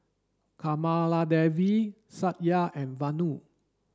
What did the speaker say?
Kamaladevi Satya and Vanu